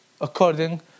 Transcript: according